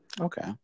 Okay